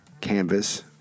canvas